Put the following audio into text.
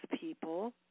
people